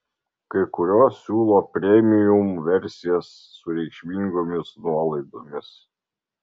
kai kurios siūlo premium versijas su reikšmingomis nuolaidomis